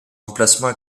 emplacement